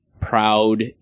proud